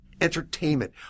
entertainment